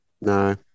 No